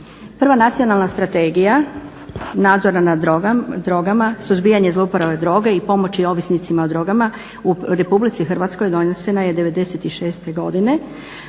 Prva nacionalna strategija nadzora nad drogama, suzbijanje zlouporabe droge i pomoći ovisnicima o drogama u RH donesena je 96. godine,